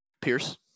Pierce